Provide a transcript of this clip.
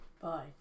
Bye